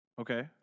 Okay